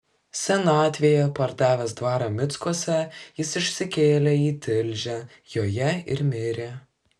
senatvėje pardavęs dvarą mickuose jis išsikėlė į tilžę joje ir mirė